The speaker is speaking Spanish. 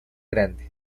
grande